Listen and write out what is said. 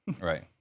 right